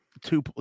two